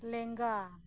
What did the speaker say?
ᱞᱮᱸᱜᱟ